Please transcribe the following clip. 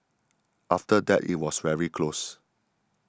after that it was very close